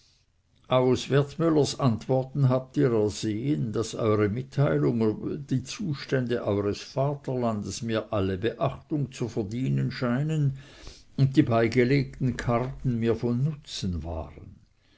aus wertmüllers antworten habt ihr ersehen daß eure mitteilungen über die zustände eures vaterlandes mir alle beachtung zu verdienen scheinen und die beigelegten karten mir von nutzen waren